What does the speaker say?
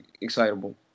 excitable